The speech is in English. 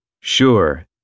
Sure